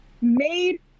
Made